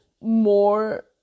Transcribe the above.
more